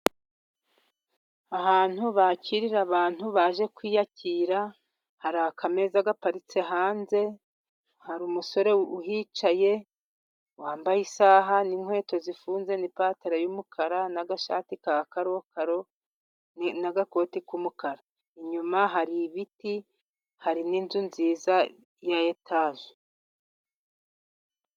Ahantu bakirira abantu baje kwiyakira, hari akameza gaparitse hanze, hari umusore uhicaye wambaye isaha, n'inkweto zifunze, n'ipataro y'umukara, n'agashati ka karokaro, n'agakoti k'umukara. Inyuma hari ibiti, hari n'inzu nziza ya etaje.